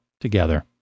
together